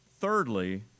Thirdly